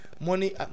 money